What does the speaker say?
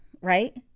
right